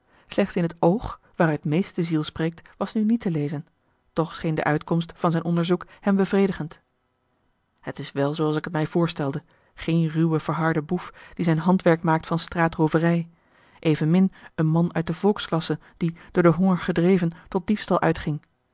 slecht in het oog waaruit meest de ziel spreekt was nu niet te lezen toch scheen de uitkomst van zijn onderzoek hem bevredigend het is wel zooals ik het mij voorstelde geen ruwe verharde boef die zijn handwerk maakt van straatrooverij evenmin een man uit de volksklasse die door den honger gedreven tot diefstal uitging